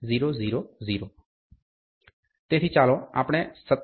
000 તેથી ચાલો આપણે 57